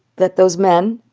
that those men